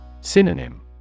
Synonym